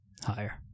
higher